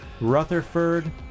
Rutherford